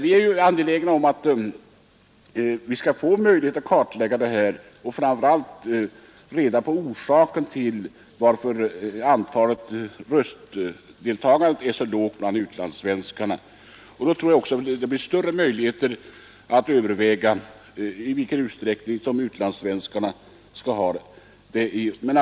Vi är alltså angelägna om att kartlägga dessa frågor, framför allt frågan om varför valdeltagandet är så lågt bland utlandssvenskarna. Om den saken klarläggs, tror jag också att det blir större möjligheter att överväga i vilken utsträckning utlandssvenskarna skall ha rösträtt.